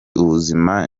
ubuzima